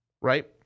Right